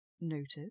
Noted